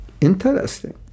interesting